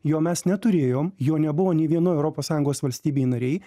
jo mes neturėjom jo nebuvo nė vienoj europos sąjungos valstybėj narėj